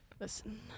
Listen